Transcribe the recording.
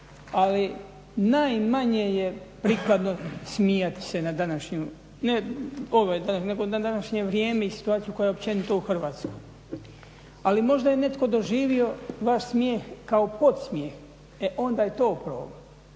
ali najmanje je prikladno smijati se na današnju, ne ove nego na današnje vrijeme i situaciju koja je općenito u Hrvatskoj. Ali možda je netko doživio vaš smijeh kao podsmjeh, e onda je to problem,